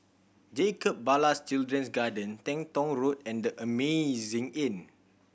Jacob Ballas Children's Garden Teng Tong Road and The Amazing Inn